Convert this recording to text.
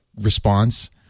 response